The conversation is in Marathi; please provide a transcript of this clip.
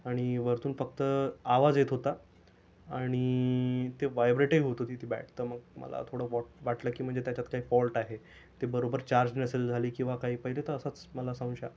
आणि वरतून फक्त आवाज येत होता आणि ते वायब्रेटही होत होती ती बॅट तर मग मला थोडं वोट वाटलं की म्हणजे त्याच्यात काय फॉल्ट आहे ते बरोबर चार्ज नसेल झाली किंवा काही पहिलं तर असंच मला संशय